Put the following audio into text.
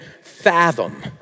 fathom